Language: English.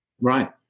Right